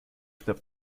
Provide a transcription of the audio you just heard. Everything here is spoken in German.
knapp